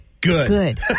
Good